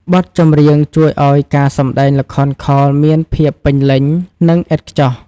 បទចម្រៀងជួយឱ្យការសម្ដែងល្ខោនខោលមានភាពពេញលេញ និងឥតខ្ចោះ។